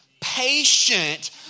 patient